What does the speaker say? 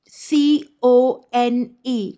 cone